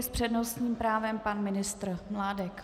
S přednostním právem pan ministr Mládek.